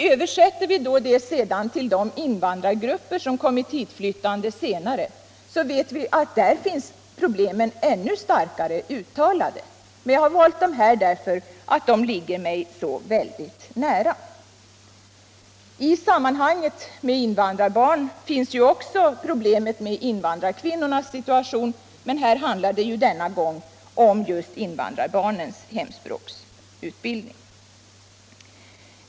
Översätter vi detta till de invandrargrupper som kommit hitflyttande senare vet vi att problemen för dem är ännu starkare uttalade, men jag har valt dessa grupper eftersom de ligger mig så nära. Vid sidan av invandrarbarnens problem har vi också problemet med invandrarkvinnornas situation, men denna gång handlar det just om invandrarbarnens hemspråksutbildning.